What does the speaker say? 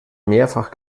mehrfach